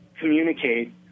communicate